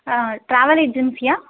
travel ஏஜென்சியா